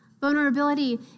Vulnerability